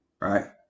right